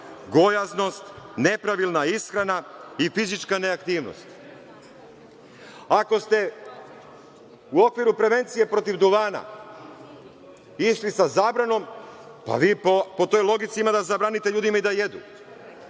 gojaznost, nepravilna ishrana i fizička neaktivnost. Ako ste u okviru prevencije protiv duvana išli sa zabranom, vi po toj logici ima da zabranite ljudima i da jedu